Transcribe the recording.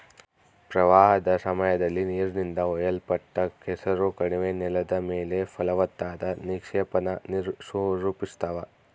ಪ್ರವಾಹದ ಸಮಯದಲ್ಲಿ ನೀರಿನಿಂದ ಒಯ್ಯಲ್ಪಟ್ಟ ಕೆಸರು ಕಣಿವೆ ನೆಲದ ಮೇಲೆ ಫಲವತ್ತಾದ ನಿಕ್ಷೇಪಾನ ರೂಪಿಸ್ತವ